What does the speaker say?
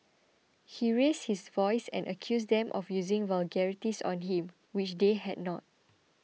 he raised his voice and accused them of using vulgarities on him which they had not